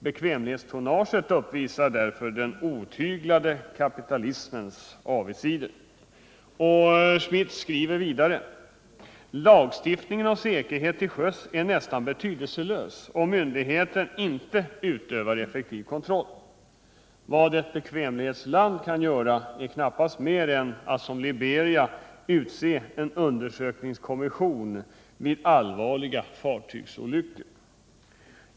Bekvämlighetstonnaget uppvisar därför den otyglade kapitalismens avigsidor.” Folke Schmidt skriver vidare: ”Lagstiftningen om säkerhet till sjöss är nästan betydelselös om myndigheten inte utövar effektiv kontroll. Vad ett bekvämlighetsland kan göra är knappast mer än att som Liberia utse en undersökningskommission vid allvarliga fartygsolyckor.